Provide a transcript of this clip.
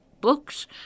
books